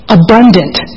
abundant